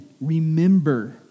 remember